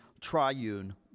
triune